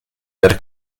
der